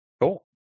Cool